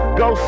go